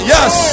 Yes